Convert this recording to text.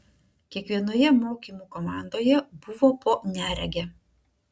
kiekvienoje mokymų komandoje buvo po neregę